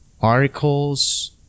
articles